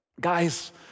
guys